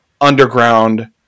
underground